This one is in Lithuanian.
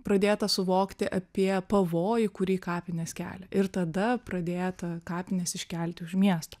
pradėta suvokti apie pavojų kurį kapinės kelia ir tada pradėta kapines iškelti už miesto